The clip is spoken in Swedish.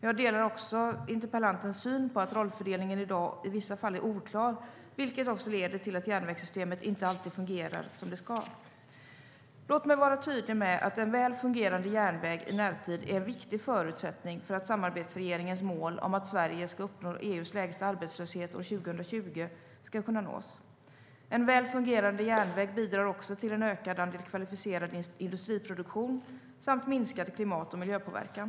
Jag delar också interpellantens syn på att rollfördelningen i dag i vissa fall är oklar, vilket leder till att järnvägssystemet inte alltid fungerar som det ska. Låt mig vara tydlig med att en väl fungerande järnväg i närtid är en viktig förutsättning för att samarbetsregeringens mål om att Sverige ska uppnå EU:s lägsta arbetslöshet år 2020 ska kunna nås. En väl fungerande järnväg bidrar också till en ökad andel kvalificerad industriproduktion samt minskad klimat och miljöpåverkan.